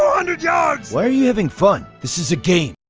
ah hundred yards. why are you having fun? this is a game.